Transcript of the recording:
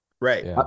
Right